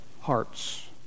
hearts